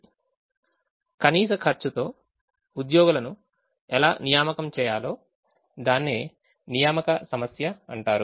కాబట్టి తక్కువ ఖర్చుతో ఉద్యోగులను ఎలా నియామకం చేస్తారో దాన్నే అసైన్మెంట్ ప్రాబ్లెమ్ అంటారు